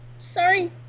Sorry